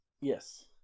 Yes